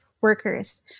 workers